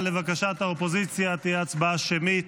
לבקשת האופוזיציה ההצבעה תהיה הצבעה שמית.